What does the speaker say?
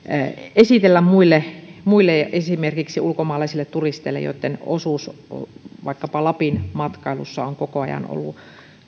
esitellä muille muille esimerkiksi ulkomaalaisille turisteille joitten osuus vaikkapa lapin matkailussa on kyllä koko ajan ollut